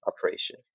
operation